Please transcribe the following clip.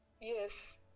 Yes